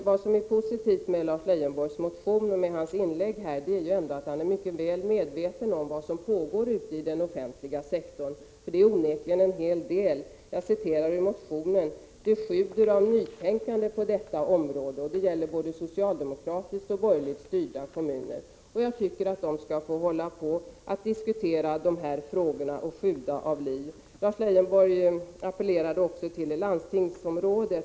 Vad som är positivt när det gäller Lars Leijonborgs motion och inlägg här är att han ändå är mycket väl medveten om vad som pågår inom den offentliga sektorn. Det är ju onekligen en hel del som sker där. Jag citerar ur Lars Leijonborgs motion: ”Det sjuder av nytänkande på detta område och det gäller både socialdemokratiskt och borgerligt styrda kommuner.” Jag för min del tycker att man ute i kommunerna skall få diskutera sådana här frågor och att kommuerna skall få sjuda av liv. Vidare hänvisade Lars Leijonborg till landstingsområdet.